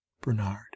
Bernard